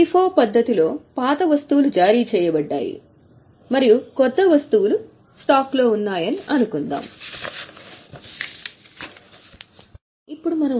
FIFO పద్ధతిలో పాత వస్తువులు జారీ చేయబడ్డాయి మరియు క్రొత్త వస్తువు స్టాక్లో ఉందని అనుకున్నాము